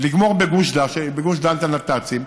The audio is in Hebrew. לגמור בגוש דן את הנת"צים,